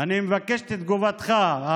אני מבקש את תגובתך.